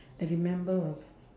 the remember